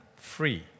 free